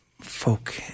folk